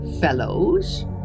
fellows